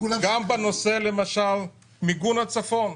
למשל גם בנושא מיגון הצפון.